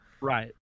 Right